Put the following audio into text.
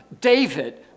David